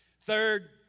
Third